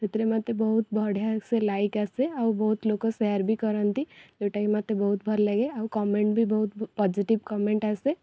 ସେଥିରେ ମୋତେ ବହୁତ ବଢ଼ିଆସେ ଲାଇକ ଆସେ ଆଉ ବହୁତ ଲୋକ ସେୟାର ବି କରନ୍ତି ଯେଉଁଟାକି ମୋତେ ବହୁତ ଭଲ ଲାଗେ ଆଉ କମେଣ୍ଟ୍ ବି ବହୁତ ପଜେଟିଭ କମେଣ୍ଟ୍ ଆସେ